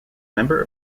member